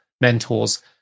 mentors